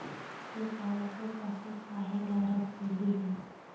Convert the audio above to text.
तु पालतू पशु काहे ला रखिली हें